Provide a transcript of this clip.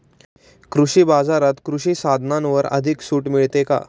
कृषी बाजारात कृषी साधनांवर अधिक सूट मिळेल का?